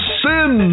sin